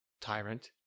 tyrant